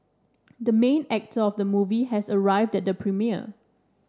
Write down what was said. the main actor of the movie has arrived at the premiere